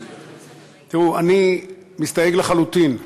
תראו, אני מסתייג לחלוטין,